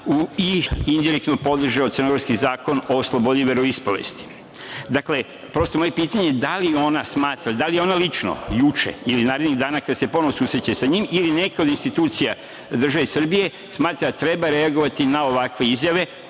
i indirektno podržao crnogorski Zakon o slobodi veroispovesti. Dakle, prosto, moje pitanje, da li ona smatra, da li ona lično, juče ili narednih dana kada se ponovo susreće sa njim ili neka od institucija države Srbije, smatra da treba reagovati na ovakve izjave